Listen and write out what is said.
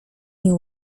nie